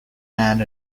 and